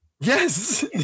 Yes